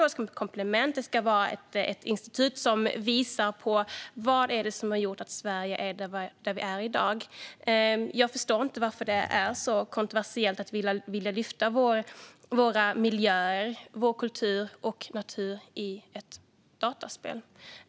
Institutet ska vara ett komplement som kan visa vad som har gjort att Sverige är där det är i dag. Jag förstår inte varför det är så kontroversiellt att vilja lyfta upp våra miljöer, vår kultur och vår natur i ett dataspel.